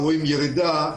רואים ירידה,